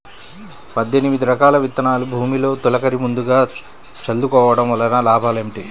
పద్దెనిమిది రకాల విత్తనాలు భూమిలో తొలకరి ముందుగా చల్లుకోవటం వలన లాభాలు ఏమిటి?